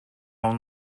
own